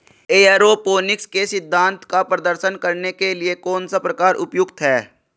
Aeroponics के सिद्धांत का प्रदर्शन करने के लिए कौन सा प्रकार उपयुक्त है?